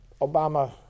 Obama